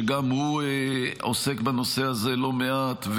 שגם הוא עוסק בנושא הזה לא מעט,